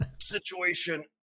Situation